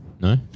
No